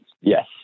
Yes